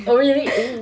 oh really oh